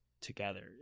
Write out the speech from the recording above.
together